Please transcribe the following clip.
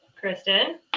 Kristen